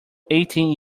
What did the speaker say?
eighteen